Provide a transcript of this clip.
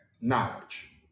knowledge